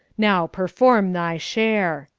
now perform thy share.